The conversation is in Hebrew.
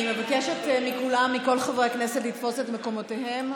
אני מבקשת מכל חברי הכנסת לתפוס את מקומותיהם.